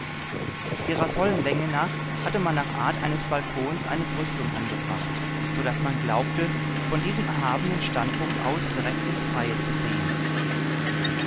ihrer vollen länge nach hatte man nach art eines balkons eine brüstung angebracht so daß man glaubte von diesem erhabenen standpunkt aus direkt ins freie zu sehen